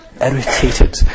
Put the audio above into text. irritated